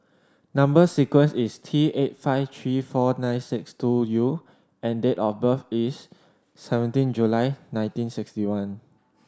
number sequence is T eight five three four nine six two U and date of birth is seventeen July nineteen sixty one